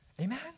Amen